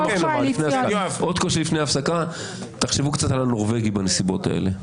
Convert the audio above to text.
תחשבו קצת על הנורבגים בנסיבות האלה.